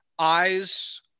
eyes